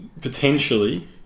potentially